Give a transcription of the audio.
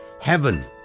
heaven